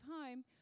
home